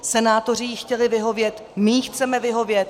Senátoři jí chtěli vyhovět, my jí chceme vyhovět.